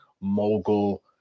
mogul